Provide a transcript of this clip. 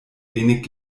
wenig